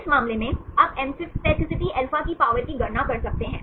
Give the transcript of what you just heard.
इस मामले में आप एम्फ़ैपैथिसिटी अल्फा की पावर की गणना कर सकते हैं